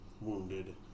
wounded